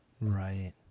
Right